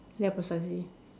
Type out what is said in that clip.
ya precisely